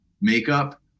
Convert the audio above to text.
makeup